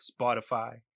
Spotify